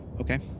Okay